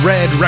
Red